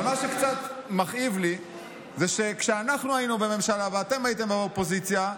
אבל מה שקצת מכאיב לי הוא שכשאנחנו היינו בממשלה ואתם הייתם באופוזיציה,